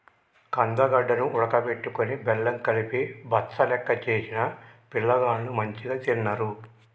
కందగడ్డ ను ఉడుకబెట్టుకొని బెల్లం కలిపి బచ్చలెక్క చేసిన పిలగాండ్లు మంచిగ తిన్నరు